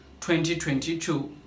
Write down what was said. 2022